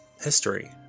history